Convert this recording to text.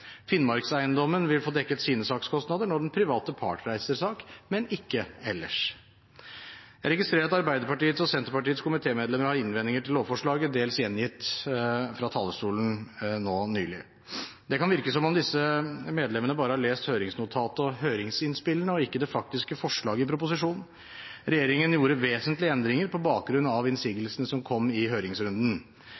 Finnmarkseiendommen vil få dekket sine sakskostnader når den private reiser sak, men ikke ellers. Jeg registrerer at Arbeiderpartiets og Senterpartiets komitémedlemmer har innvendinger til lovforslaget, dels gjengitt fra talerstolen nå nylig. Det kan virke som om disse medlemmene bare har lest høringsnotatet og høringsinnspillene og ikke det faktiske forslaget i proposisjonen. Regjeringen gjorde vesentlige endringer på bakgrunn av